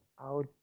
out